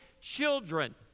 children